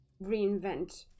reinvent